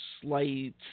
slight